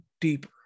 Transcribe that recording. deeper